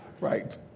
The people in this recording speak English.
right